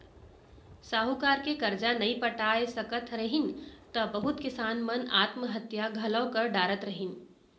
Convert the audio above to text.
साहूकार के करजा नइ पटाय सकत रहिन त बहुत किसान मन आत्म हत्या घलौ कर डारत रहिन